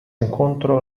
incontro